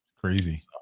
Crazy